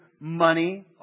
money